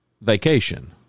Vacation